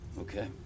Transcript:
Okay